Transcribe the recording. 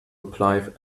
apply